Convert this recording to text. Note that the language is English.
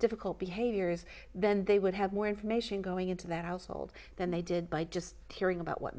difficult behaviors then they would have more information going into that household than they did by just hearing about what